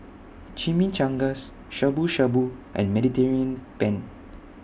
Chimichangas Shabu Shabu and Mediterranean Penne